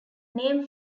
name